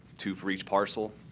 two for each parcel.